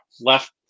left